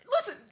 Listen